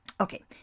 Okay